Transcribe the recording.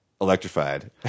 Electrified